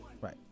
right